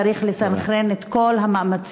צריך לסנכרן את כל המאמצים,